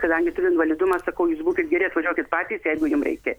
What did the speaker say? kadangi turiu invalidumą sakau jūs būkit geri atvažiuokit patys jeigu jum reikia